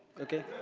okay?